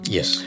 Yes